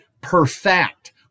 perfect